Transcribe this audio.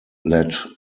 led